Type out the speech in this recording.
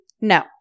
No